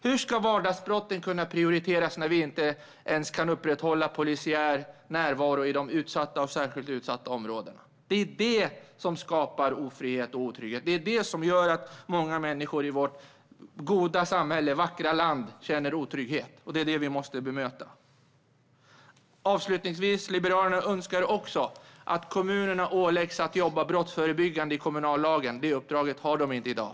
Hur ska vardagsbrotten kunna prioriteras när vi inte ens kan upprätthålla polisiär närvaro i de utsatta och särskilt utsatta områdena? Det är det som skapar ofrihet och otrygghet. Det är det som gör att många människor i vårt goda samhälle och vackra land känner otrygghet. Och det är det vi måste bemöta. Avslutningsvis önskar Liberalerna även att kommunerna i kommunallagen åläggs att jobba brottsförebyggande. Det uppdraget har de inte i dag.